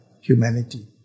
humanity